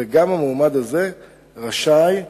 וגם המועמד הזה רשאי ללכת,